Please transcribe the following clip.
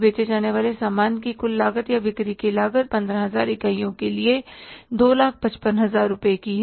बेचे जाने वाले सामान की कुल लागत या बिक्री की लागत 15000 इकाइयों के लिए 255000 रुपये है